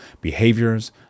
behaviors